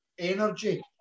energy